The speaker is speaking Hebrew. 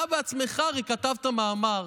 אתה בעצמך הרי כתבת מאמר